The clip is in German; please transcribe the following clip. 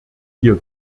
hier